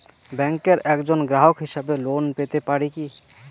ব্যাংকের একজন গ্রাহক হিসাবে লোন পেতে পারি কি?